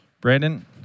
Brandon